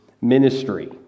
ministry